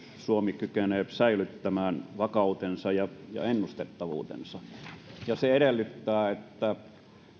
suomi kykenee säilyttämään vakautensa ja ja ennustettavuutensa se edellyttää että